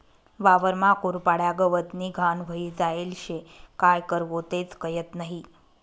वावरमा कुरपाड्या, गवतनी घाण व्हयी जायेल शे, काय करवो तेच कयत नही?